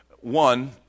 One